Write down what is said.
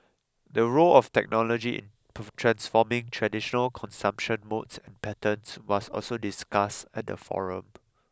the role of technology transforming traditional consumption modes and patterns was also discussed at the forum